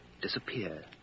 disappear